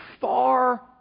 far